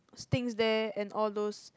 things there and all those